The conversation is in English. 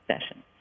session